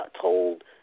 told